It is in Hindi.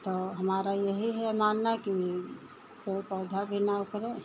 तो हमारा यही है मानना कि पेड़ पौधा भी न उखड़े